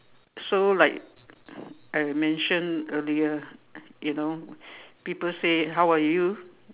so like I mentioned earlier you know people say how are you